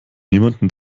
niemandem